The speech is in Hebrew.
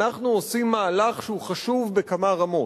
אנחנו עושים מהלך שהוא חשוב בכמה רמות,